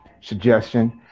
suggestion